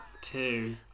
Two